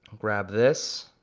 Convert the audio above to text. grab this,